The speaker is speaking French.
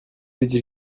étiez